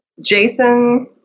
Jason